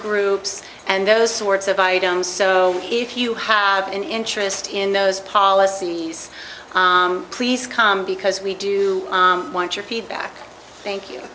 groups and those sorts of items so if you have an interest in those policies please come because we do want your feedback thank you